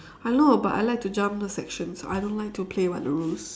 I know but I like to jump sections I don't like to play by the rules